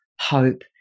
hope